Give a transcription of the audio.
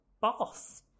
boss